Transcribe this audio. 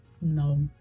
No